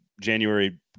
january